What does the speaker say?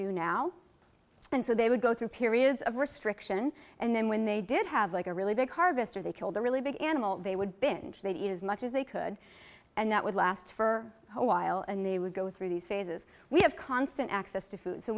do now and so they would go through periods of restriction and then when they did have like a really big harvester they killed a really big animal they would been as much as they could and that would last for a while and they would go through these phases we have constant access to food so